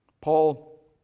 Paul